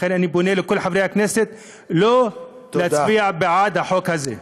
לכן אני פונה לכל חברי הכנסת לא להצביע בעד החוק הזה.